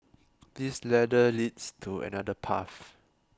this ladder leads to another path